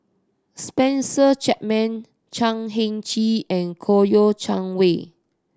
Spencer Chapman Chan Heng Chee and Koyo Chang Wei